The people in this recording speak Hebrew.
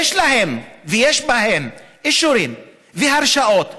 יש להם אישורים והרשאות ותקציבים,